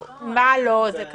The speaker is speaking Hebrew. לא.